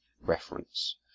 reference